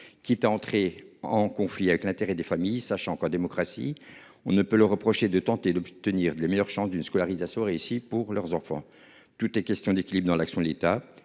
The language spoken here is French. qui était entré en conflit avec l'intérêt des familles sachant qu'en démocratie on ne peut leur reprocher de tenter d'obtenir les meilleures chances d'une scolarisation réussi pour leurs enfants. Tout est question d'équilibre dans l'action de l'État